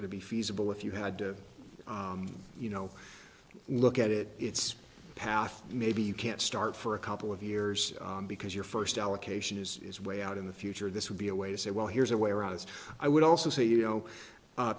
going to be feasible if you had to you know look at it it's past maybe you can't start for a couple of years because your first allocation is is way out in the future this would be a way to say well here's a way arise i would also say you know